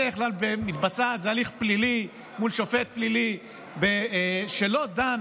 זה הליך פלילי מול שופט פלילי שלא דן